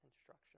instruction